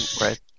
Right